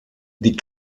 die